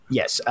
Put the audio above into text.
yes